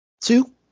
two